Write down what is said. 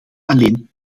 alleen